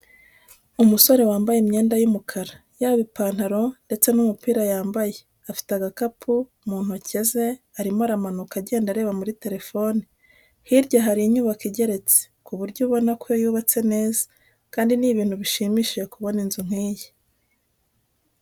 Umusore wambaye imyenda y'umukara yaba ipantaro ndetse n'umupira yambaye afite agakapu mu ntoke ze arimo aramanuka agenda areba muri telefone, hirya hari inyubako igeretse, ku buryo ubona ko yubatse neza kandi ni ibintu bishimishije kubona inzu nk'iyi.